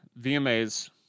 VMAs